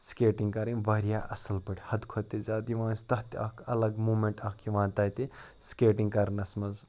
skating کَرٕنۍ واریاہ اَصٕل پٲٹھۍ حدٕ کھۄتہٕ تہِ زیادٕ یِوان اَسہِ تَتھ تہِ اَکھ اَلگ موٗمٮ۪نٛٹ اَکھ یِوان تَتہِ سٕکیٹِنٛگ کَرنَس منٛز